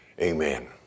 Amen